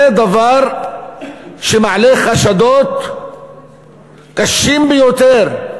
זה דבר שמעלה חשדות קשים ביותר,